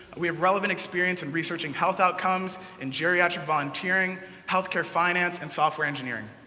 we have relevant experience in researching health outcomes, in geriatric volunteering, health-care finance, and software engineering.